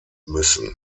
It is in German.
müssen